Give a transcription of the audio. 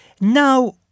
now